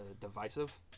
divisive